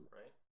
right